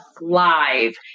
live